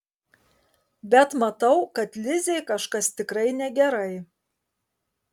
bet matau kad lizei kažkas tikrai negerai